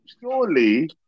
surely